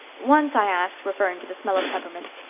once i asked, referring to the smell of peppermints,